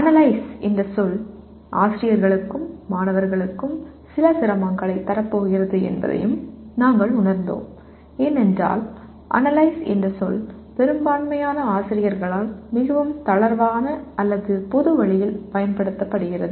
analyse என்ற சொல் ஆசிரியர்களுக்கும் மாணவர்களுக்கும் சில சிரமங்களைத் தரப்போகிறது என்பதையும் நாங்கள் உணர்ந்தோம் ஏனென்றால் அனலைஸ் என்ற சொல் பெரும்பான்மையான ஆசிரியர்களால் மிகவும் தளர்வான அல்லது பொது வழியில் பயன்படுத்தப்படுகிறது